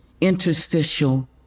interstitial